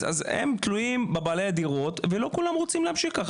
אז הם תלויים בבעלי הדירות ולא כולם רוצים להמשיך ככה,